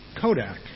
Kodak